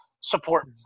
support